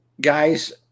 guys